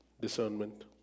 discernment